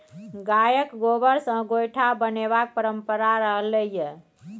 गायक गोबर सँ गोयठा बनेबाक परंपरा रहलै यै